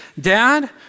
Dad